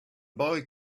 boy